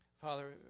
Father